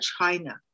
China